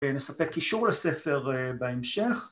ונספק קישור לספר בהמשך.